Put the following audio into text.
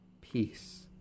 Peace